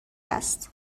است